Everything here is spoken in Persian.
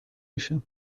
میشم